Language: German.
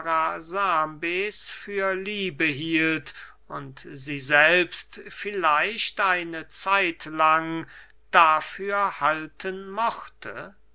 für liebe hielt und sie selbst vielleicht eine zeit lang dafür halten mochte